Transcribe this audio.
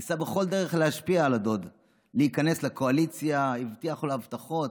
הוא ניסה בכל דרך להשפיע על הדוד להיכנס לקואליציה: הבטיח לו הבטחות,